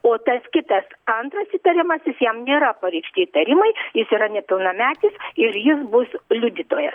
o tas kitas antras įtariamasis jam nėra pareikšti įtarimai jis yra nepilnametis ir jis bus liudytojas